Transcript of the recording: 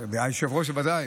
היושב-ראש, ודאי.